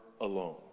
alone